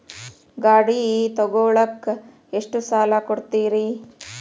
ಗಾಡಿ ತಗೋಳಾಕ್ ಎಷ್ಟ ಸಾಲ ಕೊಡ್ತೇರಿ?